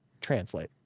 translate